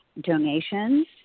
donations